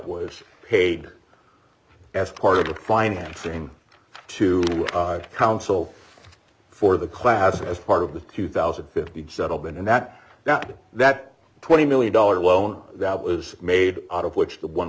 was paid as part of the financing to counsel for the class as part of the two thousand and fifteen settlement and that now that twenty million dollars loan that was made out of which the one